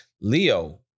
Leo